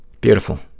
Beautiful